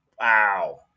Wow